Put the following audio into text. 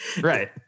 Right